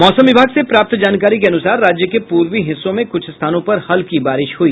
मौसम विभाग से प्राप्त जानकारी के अनुसार राज्य के पूर्वी हिस्सों में कुछ स्थानों पर हल्की बारिश हुई